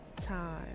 time